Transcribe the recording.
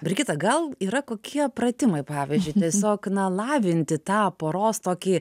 brigita gal yra kokie pratimai pavyzdžiui tiesiog na lavinti tą poros tokį